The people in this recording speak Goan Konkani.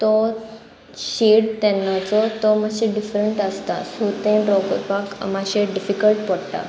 तो शेड तेन्नाचो तो मातशें डिफरंट आसता सो तें ड्रॉ कोरपाक मात्शें डिफिकल्ट पडटा